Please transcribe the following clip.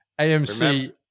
AMC